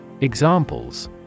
Examples